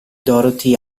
dorothy